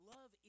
Love